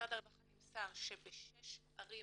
ממשרד הרווחה נמסר שבשש ערים